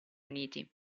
uniti